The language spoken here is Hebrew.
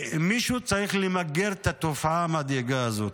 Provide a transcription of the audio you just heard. מישהו צריך למגר את התופעה המדאיגה הזאת.